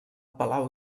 palau